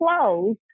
closed